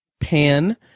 Pan